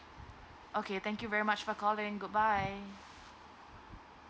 okay thank you very much for calling goodbye